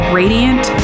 radiant